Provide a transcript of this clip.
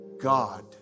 God